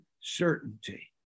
certainty